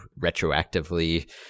retroactively